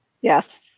Yes